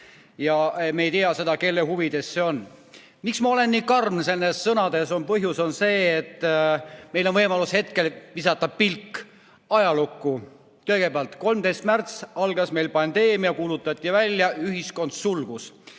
ja me ei tea seda, kelle huvides see on. Miks ma olen nii karm oma sõnades? Põhjus on see, et meil on võimalus visata pilk ajalukku. Kõigepealt, 13. märtsil algas meil pandeemia, see kuulutati välja, ühiskond sulgus.